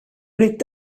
lätt